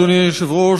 אדוני היושב-ראש,